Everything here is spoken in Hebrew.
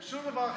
שום דבר אחר?